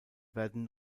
werden